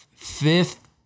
fifth